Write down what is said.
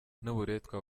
n’uburetwa